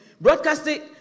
broadcasting